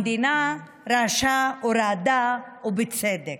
המדינה רעשה ורעדה, ובצדק.